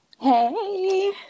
Hey